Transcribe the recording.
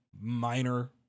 minor